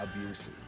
abuses